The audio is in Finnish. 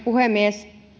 puhemies